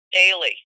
daily